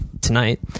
tonight